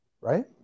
Right